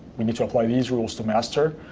we need to apply these rules to master,